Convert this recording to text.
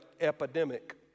epidemic